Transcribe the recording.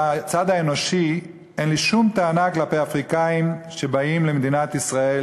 בצד האנושי אין לי שום טענה כלפי האפריקנים שבאים למדינת ישראל,